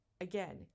Again